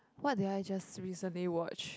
what did I just recently watch